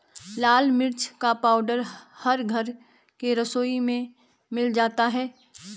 लाल मिर्च का पाउडर हर घर के रसोई में मिल जाता है